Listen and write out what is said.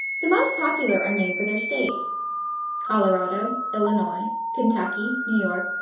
the most popular are named for their states colorado, illinois, kentucky, new york,